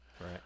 Right